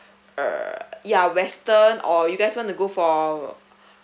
uh yeah western or you guys want to go for